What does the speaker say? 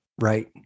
right